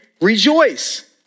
rejoice